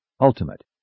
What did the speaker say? ultimate